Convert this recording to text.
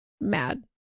mad